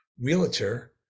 realtor